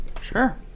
sure